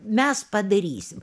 mes padarysim